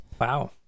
Wow